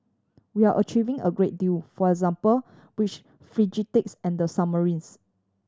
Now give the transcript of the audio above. we're achieving a great deal for example which frigates and the submarines